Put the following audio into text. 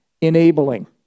Enabling